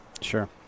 Sure